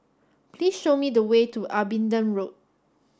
please show me the way to Abingdon Road